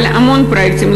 אבל המון פרויקטים,